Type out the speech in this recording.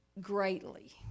greatly